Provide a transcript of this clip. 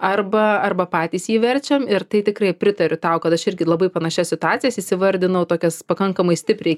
arba arba patys jį verčiam ir tai tikrai pritariu tau kad aš irgi labai panašias situacijas įsivardinau tokias pakankamai stipriai